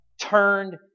turned